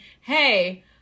hey